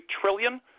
trillion